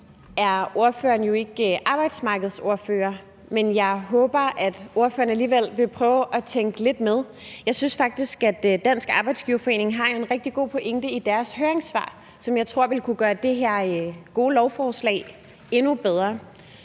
er ordføreren jo ikke arbejdsmarkedsordfører, men jeg håber, at ordføreren alligevel vil prøve at tænke lidt med i forhold til det. Jeg synes faktisk, at Dansk Arbejdsgiverforening har en rigtig god pointe i deres høringssvar, som jeg tror vil kunne gøre det her gode lovforslag endnu bedre.